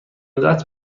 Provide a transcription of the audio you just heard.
ندرت